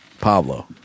Pablo